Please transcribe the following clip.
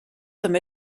també